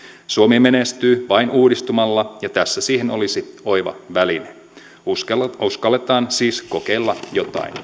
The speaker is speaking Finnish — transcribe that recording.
suomi menestyy vain uudistumalla ja tässä siihen olisi oiva väline uskalletaan siis kokeilla jotain